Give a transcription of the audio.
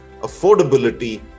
Affordability